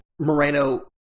Moreno